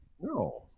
No